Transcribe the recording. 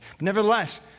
Nevertheless